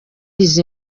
izi